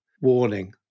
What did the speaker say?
warning